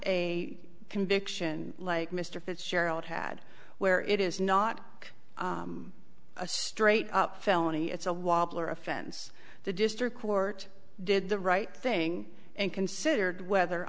a conviction like mr fitzgerald had where it is not a straight up felony it's a wobbler offense the district court did the right thing and considered whether